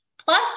Plus